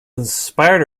inspired